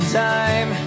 time